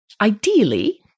Ideally